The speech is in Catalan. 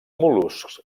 mol·luscs